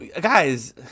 Guys